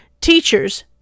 Teachers